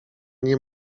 nie